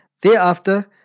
Thereafter